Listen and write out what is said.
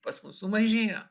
pas mus sumažėjo